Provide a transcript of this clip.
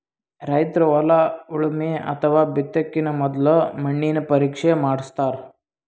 ರೈತರ್ ಹೊಲ ಉಳಮೆ ಅಥವಾ ಬಿತ್ತಕಿನ ಮೊದ್ಲ ಮಣ್ಣಿನ ಪರೀಕ್ಷೆ ಮಾಡಸ್ತಾರ್